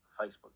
Facebook